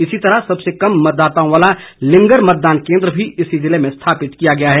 इसी तरह सबसे कम मतदाताओं वाला लिंगर मतदान केन्द्र भी इसी जिले में स्थापित किया गया है